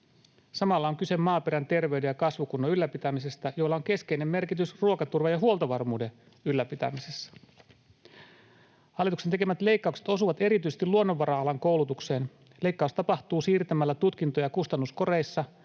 Samalla on kyse maaperän terveyden ja kasvukunnon ylläpitämisestä, joilla on keskeinen merkitys ruokaturvan ja huoltovarmuuden ylläpitämisessä. Hallituksen tekemät leikkaukset osuvat erityisesti luonnonvara-alan koulutukseen. Leikkaus tapahtuu siirtämällä tutkintoja kustannuskoreissa